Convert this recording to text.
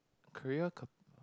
career cap~